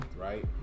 right